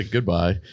Goodbye